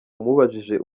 umubajije